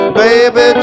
baby